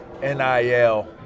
NIL